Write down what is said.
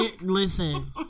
listen